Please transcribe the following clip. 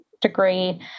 degree